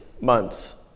months